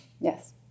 Yes